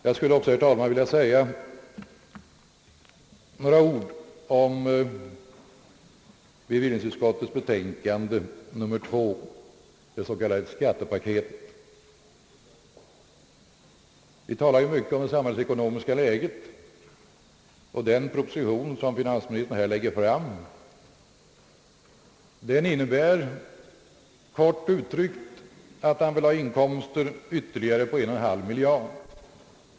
Jag skulle också vilja säga några ord om bevillningsutskottets betänkande nr 2, det s.k. skattepaketet. Vi talar ju mycket om det samhällsekonomiska läget, och den proposition som finansministern lägger fram innebär kort uttryckt att han vill ha inkomster på ytterligare 1,5 miljard kronor.